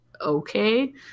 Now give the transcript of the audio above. okay